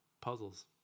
Puzzles